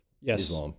Yes